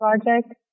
project